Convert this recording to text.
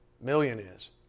millionaires